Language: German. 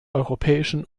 europäischen